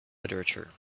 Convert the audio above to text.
literature